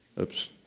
Oops